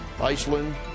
Iceland